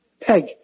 Peg